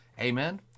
Amen